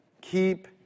keep